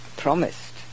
promised